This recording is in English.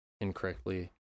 incorrectly